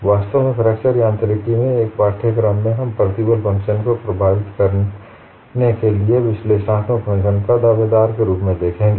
वास्तव में फ्रैक्चर यांत्रिकी में एक पाठ्यक्रम में हम प्रतिबल फंक्शन्स को परिभाषित करने के लिए विश्लेषणात्मक फंक्शन्स को दावेदार के रूप में देखेंगे